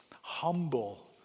humble